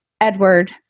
Edward